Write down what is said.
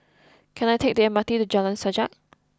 can I take the M R T to Jalan Sajak